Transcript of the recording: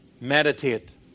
Meditate